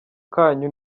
kanyu